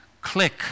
click